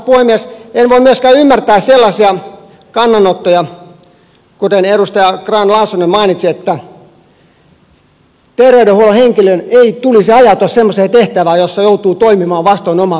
en voi myöskään ymmärtää sellaisia kannanottoja kuten edustaja grahn laasonen mainitsi että terveydenhuollon henkilön ei tulisi ajautua semmoiseen tehtävään jossa joutuu toimimaan vastoin omaatuntoa